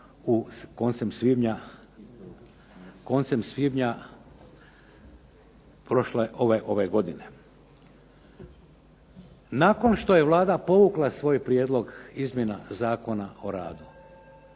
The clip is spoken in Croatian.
koncem svibnja ove godine. Nakon što je Vlada povukla svoj prijedlog Izmjena Zakona o radu,